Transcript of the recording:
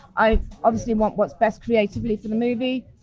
i obviously want what's best creatively for the movie.